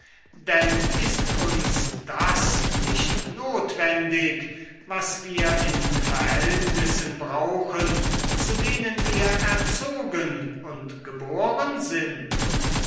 denn ist uns das nicht notwendig was wir in verhältnissen brauchen zu denen wir erzogen und geboren sind